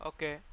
Okay